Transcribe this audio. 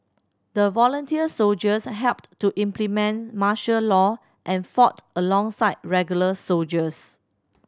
the volunteer soldiers helped to implement martial law and fought alongside regular soldiers